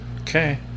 Okay